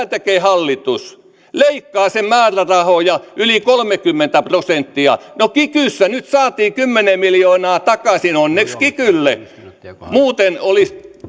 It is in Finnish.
tekee hallitus leikkaa sen määrärahoja yli kolmekymmentä prosenttia no kikyssä nyt saatiin kymmenen miljoonaa takaisin onneksi kikylle muuten olisi